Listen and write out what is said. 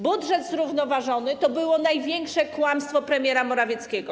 Budżet zrównoważony to było największe kłamstwo premiera Morawieckiego.